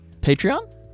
Patreon